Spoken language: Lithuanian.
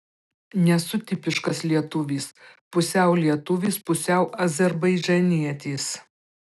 nesu tipiškas lietuvis pusiau lietuvis pusiau azerbaidžanietis